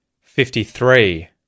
Fifty-three